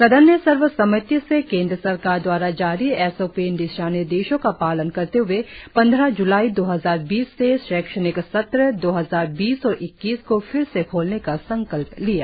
सदन ने सर्वसम्मति से केंद्र सरकार द्वारा जारी एस ओ पी दिशानिर्देशों का पालन करते हए पंद्रह ज्लाई दो हजार बीस से शैक्षणिक सत्र दो हजार बीस इक्कीस को फिर से खोलने का संकल्प लिया